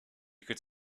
could